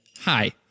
hi